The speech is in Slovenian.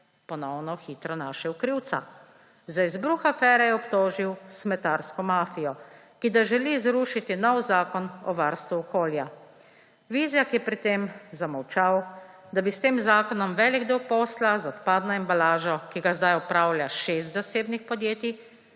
ponovno hitro našel krivca. Za izbruh afere je obtožil smetarsko mafijo, ki da želi zrušiti nov Zakon o varstvu okolja. Vizjak je pri tem zamolčal, da bi s tem zakonom velik del posla z odpadno embalažo, ki ga sedaj opravlja šest zasebnih podjetij,